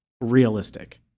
realistic